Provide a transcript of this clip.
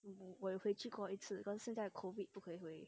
我我有回去过一次可是现在 COVID 不可以回